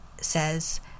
says